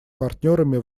партнерами